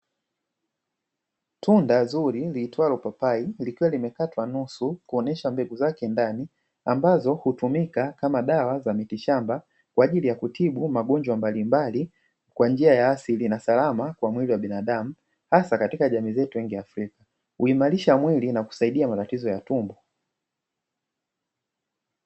Tuna uzuri liitwalo papa likiwa limekatwa nusu kuonesha mbegu zake ndani, ambazo hutumika kama miti shamba kwa ajili ya kutibu magonjwa mbalimbali kwa njia ya asili na salama kwa mwili wa binadamu, hasa katika jamii zetu nyingi za Afrika, huimarisha mwili na kusaidia matatizo ya pumu.